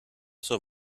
zur